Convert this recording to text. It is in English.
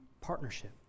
Partnership